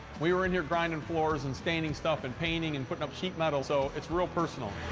we were in here grinding floors and staining stuff and painting and putting up sheet metal, so it's real personal.